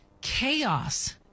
chaos